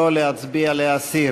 לא להצביע, להסיר.